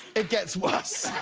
it gets worse.